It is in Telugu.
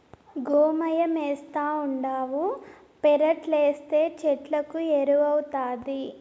గోమయమేస్తావుండావు పెరట్లేస్తే చెట్లకు ఎరువౌతాది